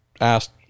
asked